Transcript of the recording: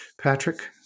Patrick